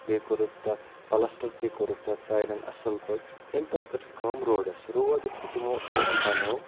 بیٚیہِ کوٚرُکھ تَتھ پَلَسٹَر تہِ کوٚرُکھ تَتھ سایڈَن اَصٕل پٲٹھۍ امہِ پَتہٕ کٔرٕکھ کٲم روڈَس روڈ یُتھُے تِمو بَنوو